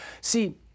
See